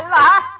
um da